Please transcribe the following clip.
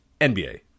NBA